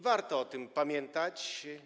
Warto o tym pamiętać.